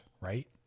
right